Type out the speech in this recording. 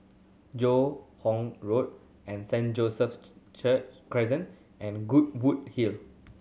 Joo Hoon Road Saint John's church Crescent and Goodwood Hill